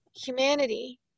humanity